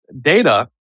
data